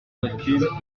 costumes